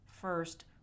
first